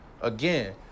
Again